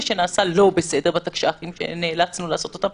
שנעשה לא בסדר בתקש"חים שנאלצנו לעשות אותם,